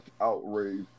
outrage